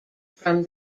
from